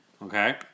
Okay